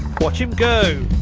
watch him go.